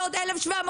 ועוד 1,700